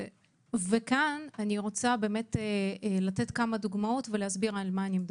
אני רוצה לתת כמה דוגמאות ולהסביר על מה אני מדברת.